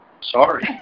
sorry